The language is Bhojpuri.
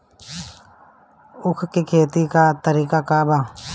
उख के खेती का तरीका का बा?